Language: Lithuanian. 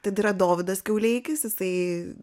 tada yradovydas kiauleikis jisai